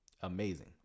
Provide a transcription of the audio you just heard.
Amazing